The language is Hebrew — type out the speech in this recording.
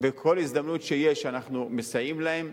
בכל הזדמנות שיש אנחנו מסייעים להם,